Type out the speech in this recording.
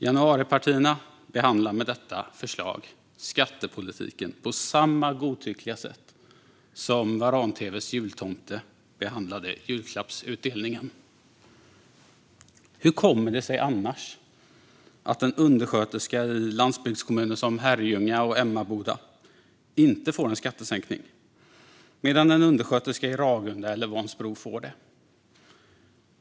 Januaripartierna behandlar med detta förslag skattepolitiken på samma godtyckliga sätt som Varan-TV:s jultomte behandlade julklappsutdelningen. Hur kommer det sig annars att en undersköterska i landsbygdskommuner som Herrljunga och Emmaboda inte får en skattesänkning, medan en undersköterska i Ragunda eller Vansbro får det?